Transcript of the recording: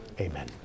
amen